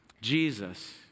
Jesus